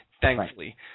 thankfully